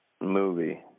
movie